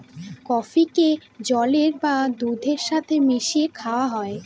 কফিকে জলের বা দুধের সাথে মিশিয়ে খাওয়া হয়